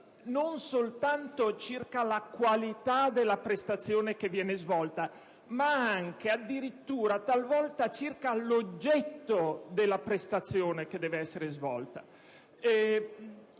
non soltanto circa la qualità della prestazione che viene svolta ma talvolta addirittura circa l'oggetto della prestazione che deve essere svolta.